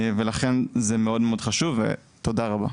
ולכן זה מאוד מאוד חשוב ותודה רבה.